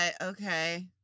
okay